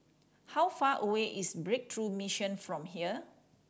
how far away is Breakthrough Mission from here